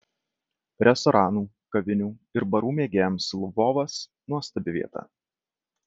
restoranų kavinių ir barų mėgėjams lvovas nuostabi vieta